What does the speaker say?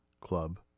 Club